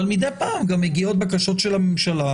אבל מדי פעם גם מגיעות בקשות של הממשלה,